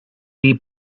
bee